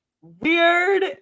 weird